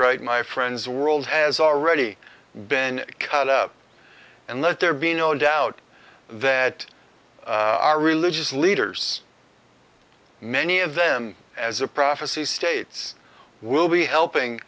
right my friends world has already been cut up and let there be no doubt that our religious leaders many of them as a prophecy states will be helping